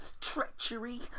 treachery